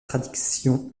traditions